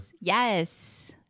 Yes